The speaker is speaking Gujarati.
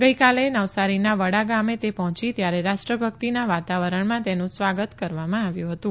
ગઇકાલે નવસારીના વડા ગામે તે પહોંચી ત્યારે રાષ્ટ્રભકિતના વાતાવરણમાં તેનું સ્વાગત કરવામાં આવ્યું હતું